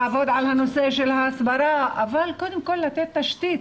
לעבוד על הנושא של ההסברה, אבל קודם כל לתת תשתית.